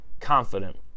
confident